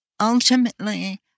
ultimately